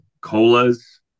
colas